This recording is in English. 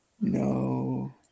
No